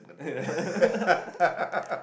uh yeah